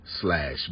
slash